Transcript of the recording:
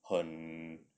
很